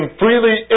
freely